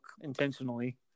intentionally